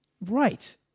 Right